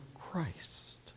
Christ